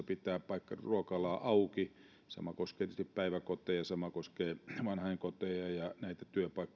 pitää ruokalaa auki sama koskee tietysti päiväkoteja ja sama koskee vanhainkoteja ja näitä